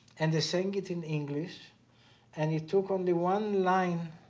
and they sang it in english and it took only one line